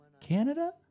Canada